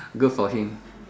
good for him